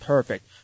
Perfect